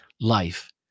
life